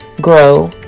grow